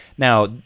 Now